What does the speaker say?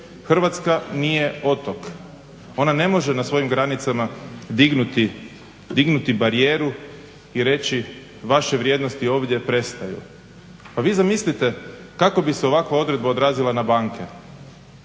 Hrvatska nije otok, ona ne može na svojim granicama dignuti barijeru i reći vaše vrijednosti ovdje prestaju. Pa vi zamislite kako bi se ovakva odredba odrazila na banke?